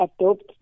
adopt